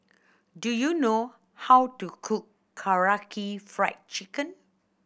do you know how to cook Karaage Fried Chicken